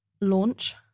launch